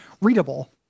readable